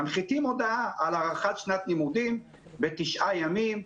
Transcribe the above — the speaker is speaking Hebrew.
מנחיתים הודעה על הארכת שנת לימודים בתשעה ימים,